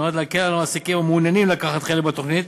שנועדו להקל על המעסיקים המעוניינים לקחת חלק בתוכנית,